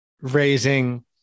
raising